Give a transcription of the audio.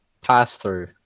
pass-through